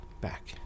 back